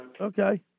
Okay